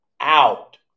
out